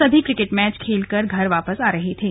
सभी cricket match खेल कर घर वापस आ रहे थे